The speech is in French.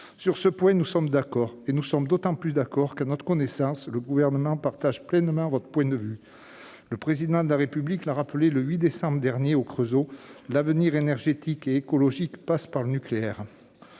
Sur ce point, nous sommes d'accord ; nous le sommes d'autant plus qu'à notre connaissance le Gouvernement partage pleinement ce point de vue. Le Président de la République l'a rappelé le 8 décembre dernier au Creusot :« Notre avenir énergétique et écologique passe par le nucléaire.